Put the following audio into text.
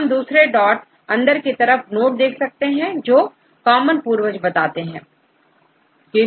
और हम दूसरे डॉट अंदर की तरफ नोड देख सकते हैं जो कॉमन पूर्वज बताते हैं